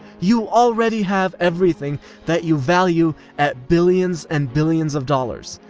you already have everything that you value at billions and billions of dollars.